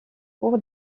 pour